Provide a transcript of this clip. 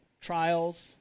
trials